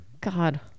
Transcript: God